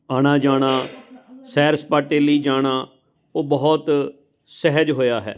ਆਉਣਾ ਜਾਣਾ ਸੈਰ ਸਪਾਟੇ ਲਈ ਜਾਣਾ ਉਹ ਬਹੁਤ ਸਹਿਜ ਹੋਇਆ ਹੈ